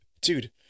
dude